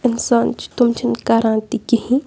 اِنسان چھِ تِم چھِنہٕ کَران تہِ کِہیٖنۍ